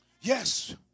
Yes